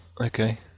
okay